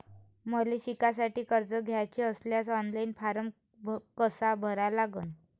मले शिकासाठी कर्ज घ्याचे असल्यास ऑनलाईन फारम कसा भरा लागन?